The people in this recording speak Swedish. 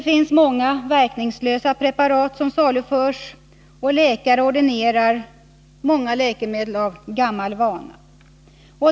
Många helt verkningslösa preparat saluförs, och läkare ordinerar många läkemedel ”av gammal vana”.